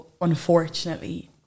unfortunately